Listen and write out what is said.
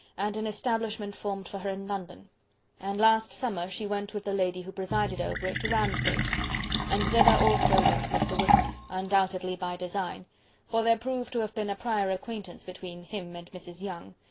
and an establishment formed for her in london and last summer she went with the lady who presided over it, to ramsgate and thither also went mr. wickham, undoubtedly by design for there proved to have been a prior acquaintance between him and mrs. younge,